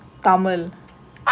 oh they say at least ten percent